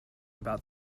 about